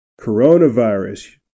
Coronavirus